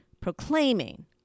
Proclaiming